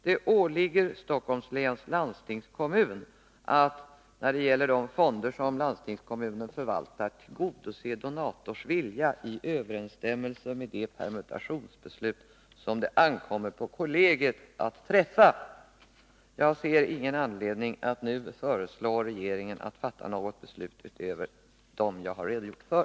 Det åligger Stockholms läns landstingskommun att, när det gäller de fonder som landstingskommunen förvaltar, tillgodose donators vilja i överensstämmelse med de permutationsbeslut som det ankommer på kammarkollegiet att träffa. Jag ser ingen anledning att nu föreslå regeringen att fatta något beslut utöver dem jag har redogjort för.